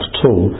tool